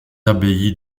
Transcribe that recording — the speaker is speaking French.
abbayes